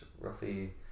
roughly